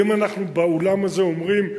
ואם אנחנו באולם הזה אומרים,